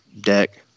deck